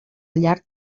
llarg